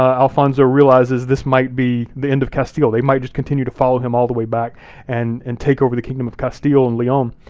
ah alfonso realizes this might be the end of castile. they might just continue to follow him all the way back and and take over the kingdom of castile and leon.